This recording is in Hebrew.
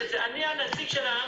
לאפשר להם